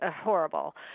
horrible